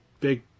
big